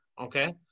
okay